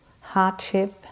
hardship